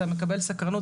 אתה מקבל סקרנות.